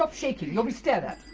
ah shaking! you'll be stared at!